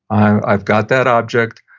i've got that object,